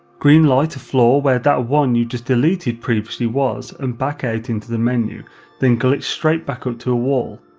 green light a floor where that one you just deleted previously was and back out into the menu then glitch straight back up to a wall,